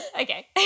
Okay